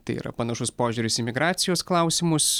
tai yra panašus požiūris į migracijos klausimus